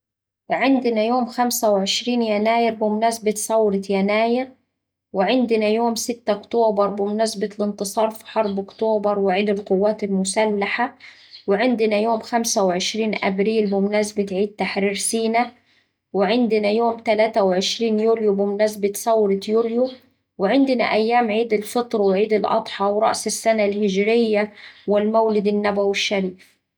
عندنا يوم خمسة وعشرين يناير بمناسبة ثورة يناير، وعندنا يوم ستة أكتوبر بمناسبة الانتصار في حرب أكتوبر وعيد القوات المسلحة، وعندنا يوم خمسة وعشرين أبريل بمناسبة عيد تحرير سينا، وعندنا يوم تلاتة وعشرين يوليو بمناسبة ثورة يوليو وعندنا أيام عيد الفطر وعيد الأضحى ورأس السنة الهجرية والمولد النبوي الشريف.